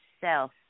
self